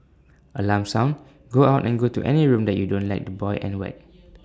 alarm sound go out and go to any room that you don't like the boy and whacked